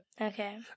Okay